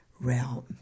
realm